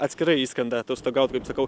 atskirai išskrenda atostogaut kaip sakau